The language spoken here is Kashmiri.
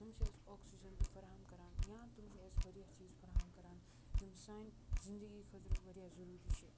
تِم چھِ اَسہِ آکسیجَن تہَ فَراہَم کَران یا تِم چھِ اَسہِ واریاہ چیٖز فَراہَم کَران یِم سانہِ زِندَگی خٲطرٕ واریاہ ضروٗری چھِ